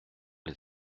les